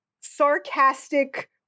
sarcastic